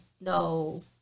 no